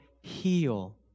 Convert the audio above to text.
heal